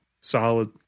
solid